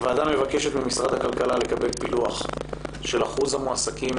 הוועדה מבקשת לקבל ממשרד הכלכלה פילוח של שיעור המועסקים